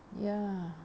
ya